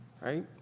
right